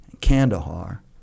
Kandahar